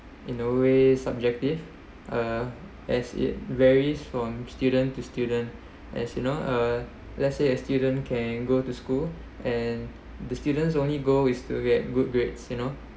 in a way subjective uh as it varies from student to student as you know uh let's say a student can go to school and the student only goal is to get good grades you know